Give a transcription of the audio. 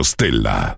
Stella